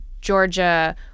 Georgia